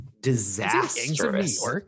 disastrous